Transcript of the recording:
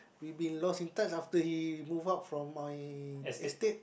we been lost in touch after he move out from my estate